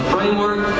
Framework